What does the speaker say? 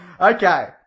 Okay